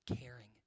caring